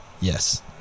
yes